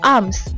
Arms 》 。